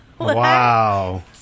Wow